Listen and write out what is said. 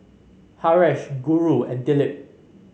Haresh Guru and Dilip